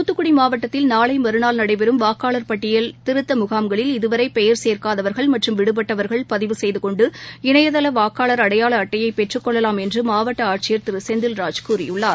துத்துக்குடி மாவட்டத்தில் நாளை மறுநாள் நடைபெறும் வாக்காளர் பட்டியல் திருத்த முகாம்களில் இதுவரை பெயர் சேர்க்காதவர்கள் மற்றும் விடுபட்டவர்கள் பதிவு செய்துகொண்டு இணையதள வாக்காளர் அடையாள அட்டையை பெற்றக்கொள்ளலாம் என்று மாவட்ட ஆட்சியர் திரு செந்தில்ராஜ் கூறியுள்ளார்